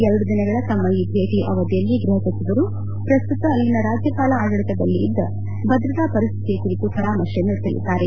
ಎರಡು ದಿನಗಳ ತಮ್ಮ ಈ ಭೇಟಯ ಅವಧಿಯಲ್ಲಿ ಗೃಹ ಸಚಿವರು ಪ್ರಸ್ತುತ ಅಲ್ಲಿನ ರಾಜ್ಯಪಾಲ ಆಡಳಿತದಲ್ಲಿದ್ದ ಭದ್ರತಾ ಪರಿಸ್ತಿತಿ ಕುರಿತು ಪರಾಮರ್ಶೆ ನಡೆಸಲಿದ್ದಾರೆ